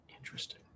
Interesting